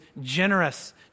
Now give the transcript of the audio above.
generous